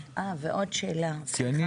אה, ועוד שאלה, סליחה.